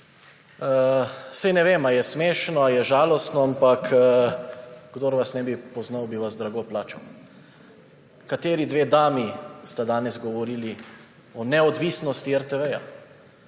Saj ne vem, ali je smešno ali je žalostno, ampak kdor vas ne bi poznal, bi vas drago plačal. Kateri dve dami sta danes govorili o neodvisnosti RTV?